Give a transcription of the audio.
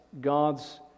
God's